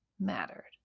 mattered